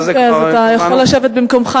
אוקיי, אז אתה יכול לשבת במקומך.